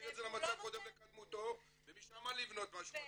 להחזיר את זה למצב הקודם לקדמותו ומשם לבנות משהו חדש.